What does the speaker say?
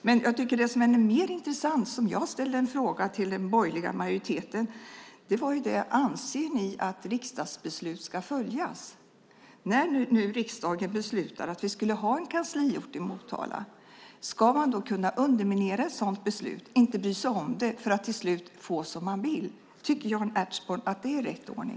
Det som jag tycker är mer intressant är det som jag ställde en fråga om till den borgerliga majoriteten: Anser ni att riksdagsbeslut ska följas? När nu riksdagen har beslutat att vi ska ha en kansliort i Motala, ska man då kunna underminera ett sådant beslut, inte bry sig om det, för att till slut få som man vill? Tycker Jan Ertsborn att det är rätt ordning?